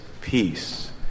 peace